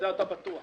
זה אתה בטוח